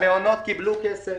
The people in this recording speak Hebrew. המעונות קיבלו כסף.